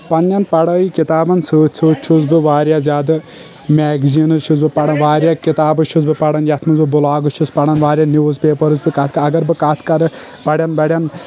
پننٮ۪ن پڑٲے کِتابن سۭتۍ سۭتۍ چھُس بہٕ واریاہ زیادٕ میگزیٖنز چھُس بہٕ پران واریاہ کِتابہٕ چھُس بہٕ پران یتھ منٛز بہٕ بلاگز چھُس بہٕ پران واریاہ نِوز پیپرز تہٕ اگر بہٕ کتھ کرٕ بڑٮ۪ن بڑٮ۪ن